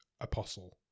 Apostle